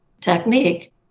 technique